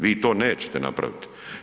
Vi to nećete napraviti.